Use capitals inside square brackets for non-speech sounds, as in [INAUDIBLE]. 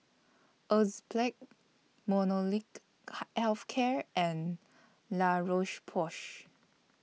Enzyplex [NOISE] Molnylcke [HESITATION] Health Care and La Roche Porsay